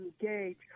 engage